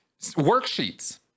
worksheets